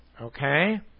Okay